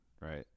right